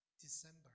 December